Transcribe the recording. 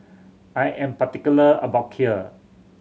I am particular about Kheer